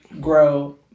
grow